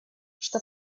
что